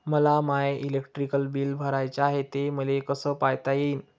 मले my electric bill भराचं हाय, ते मले कस पायता येईन?